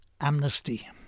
amnesty